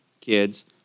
kids